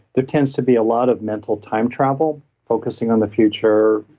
there tends to be a lot of mental time travel focusing on the future,